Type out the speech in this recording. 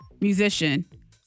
musician